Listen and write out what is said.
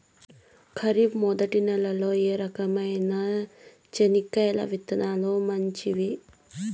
ఖరీఫ్ మొదటి నెల లో ఏ రకమైన చెనక్కాయ విత్తనాలు మంచివి